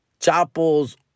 Chapo's